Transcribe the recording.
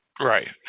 Right